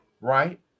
right